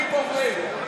אני פוחד,